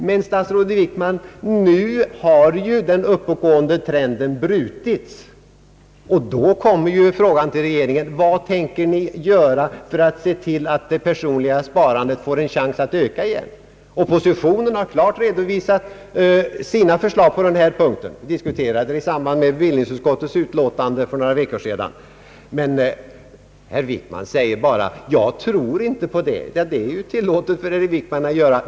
Men, statsrådet Wickman, nu har ju den uppåtgående trenden brutits. Då uppkommer frågan: Vad tänker regeringen göra för att se till att det personliga sparandet får en chans att öka igen? Oppositionen har klart redovisat sina förslag på den här punkten. Vi diskuterade dem i samband med behandlingen av ett utlåtande från bevillningsutskottet för några veckor sedan. Herr Wickman säger bara att han inte tror på våra förslag. Det är naturligtvis tillåtet.